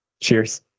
cheers